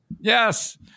Yes